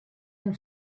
and